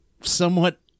somewhat